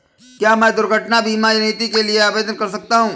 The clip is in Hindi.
क्या मैं दुर्घटना बीमा नीति के लिए आवेदन कर सकता हूँ?